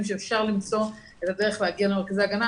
שאפשר למצוא את הדרך להגיע למרכזי ההגנה,